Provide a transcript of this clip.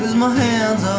my eyes